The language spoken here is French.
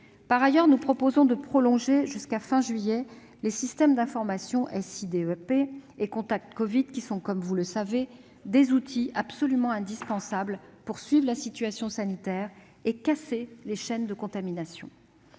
Par ailleurs, nous proposons de prolonger jusqu'à la fin du mois de juillet les systèmes d'information SI-DEP et Contact Covid qui sont, comme vous le savez, des outils absolument indispensables pour suivre la situation sanitaire et « casser » les chaînes de contamination.